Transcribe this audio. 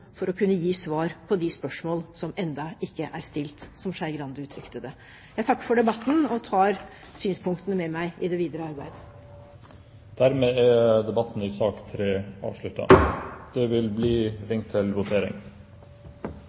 for å kunne gi svar på de spørsmålene som ennå ikke er stilt, som Trine Skei Grande uttrykte det. Jeg takker for debatten og tar synspunktene med meg i det videre arbeidet. Dermed er debatten i sak nr. 3 avsluttet. Stortinget går da til votering